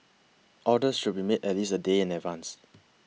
orders should be made at least a day in advance